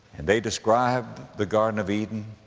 and they described the garden of eden,